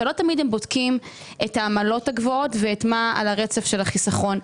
ולא תמיד הם בודקים את העמלות הגבוהות ומה על הרצף של החיסכון.